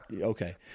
Okay